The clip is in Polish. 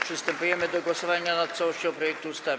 Przystępujemy do głosowania nad całością projektu ustawy.